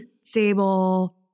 stable